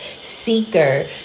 seeker